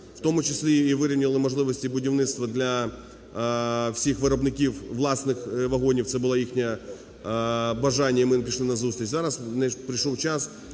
в тому числі і вирівняли можливості будівництва для всіх виробників власних вагонів, це було їхнє бажання, і ми пішли назустріч. Зараз прийшов час,